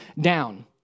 down